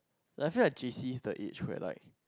like I feel like J_C is the age where like